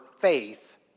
faith